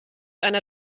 einer